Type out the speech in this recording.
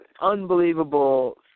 unbelievable